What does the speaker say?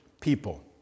people